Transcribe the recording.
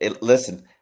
Listen